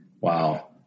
Wow